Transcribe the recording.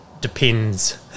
depends